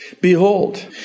Behold